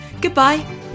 goodbye